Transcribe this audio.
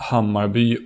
Hammarby